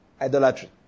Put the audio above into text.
Idolatry